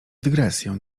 dygresję